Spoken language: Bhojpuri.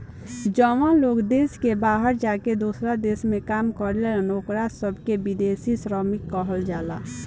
जवन लोग देश के बाहर जाके दोसरा देश में काम करेलन ओकरा सभे के विदेशी श्रमिक कहल जाला